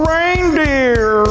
Reindeer